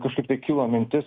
kažkaip tai kilo mintis